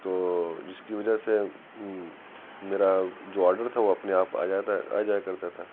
تو جس کی وجہ سے میرا جو آرڈر تھا وہ اپنے آپ آ جاتا آ جایا کرتا تھا